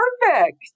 perfect